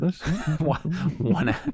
one